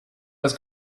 was